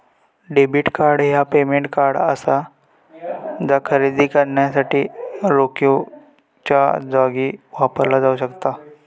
debit card ह्या payment card असा जा खरेदी करण्यासाठी रोखीच्यो जागी वापरला जाऊ शकता